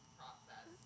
process